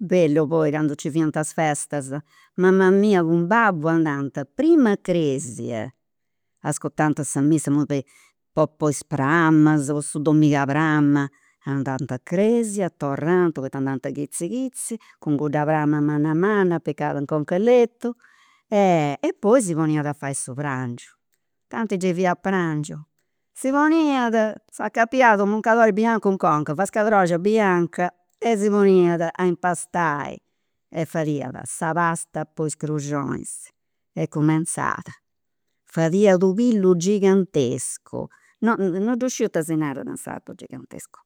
Bellu poi candu nci fiant is festas, mama mia cun babbu prima a cresia, ascurtant sa missa, imui po po is pramas po su dominiga de pramas, andant a cresia, torrant, poita andant chizi chizi, cun cudda prama manna manna apicat in conca 'e letu e poi si poniat a fai su prangiu, tanti gei fiat prangiu, si poniat, s'acapiat u' mucadori biancu in conca, vascadroxia bianca e si poniat a impastai. E fadiat sa pasta po is cruxionis, e cumenzat, fadiat u' pillu gigantescu, no non ddu sciu ita si narat in sardu gigantescu,